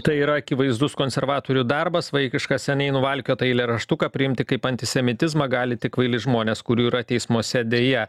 tai yra akivaizdus konservatorių darbas vaikišką seniai nuvalkiotą eilėraštuką priimti kaip antisemitizmą gali tik kvaili žmonės kurių yra teismuose deja